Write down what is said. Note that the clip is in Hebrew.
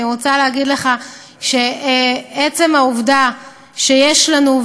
אני רוצה להגיד לך שעצם העובדה שיש לנו,